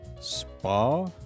spa